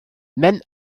men